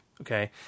okay